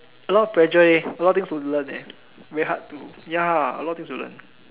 a lot pressure leh a lot of things to learn leh very hard to ya a lot of things to learn